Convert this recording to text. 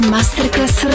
Masterclass